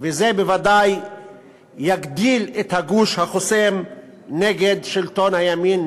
וזה בוודאי יגדיל את הגוש החוסם נגד שלטון הימין,